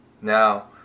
Now